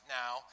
now